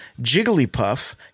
Jigglypuff